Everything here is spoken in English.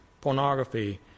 pornography